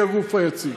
היא הגוף היציג.